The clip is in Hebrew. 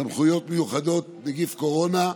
סמכויות מיוחדות, נגיף קורונה,